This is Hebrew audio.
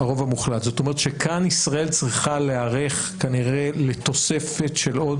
זאת אומרת שכאן ישראל צריכה להיערך כנראה לתוספת של עוד